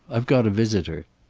i've got a visitor.